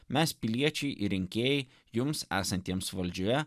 mes piliečiai rinkėjai jums esantiems valdžioje